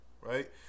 Right